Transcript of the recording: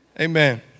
Amen